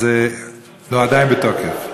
אז, לא, עדיין בתוקף.